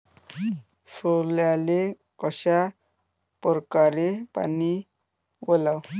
सोल्याले कशा परकारे पानी वलाव?